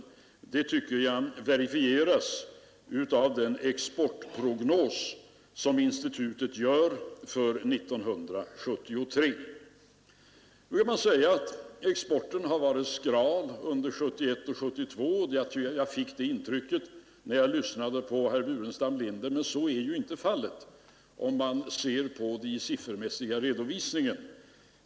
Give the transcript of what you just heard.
Nu vill man göra gällande att exporten varit skral under 1971 och 1972 — jag fick det intrycket när jag lyssnade till herr Burenstam Linder — men så är inte fallet enligt den siffermässiga redovisningen.